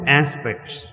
aspects